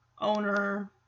owner